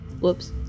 whoops